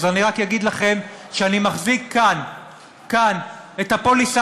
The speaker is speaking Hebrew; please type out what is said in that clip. אז אני רק אגיד לכם שאני מחזיק כאן את הפוליסה